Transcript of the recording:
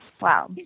Wow